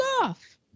off